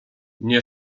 nie